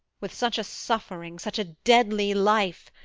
with such a suffering, such a deadly life,